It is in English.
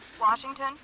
Washington